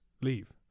leave